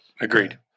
agreed